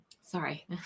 Sorry